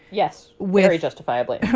yes. wary, justifiably,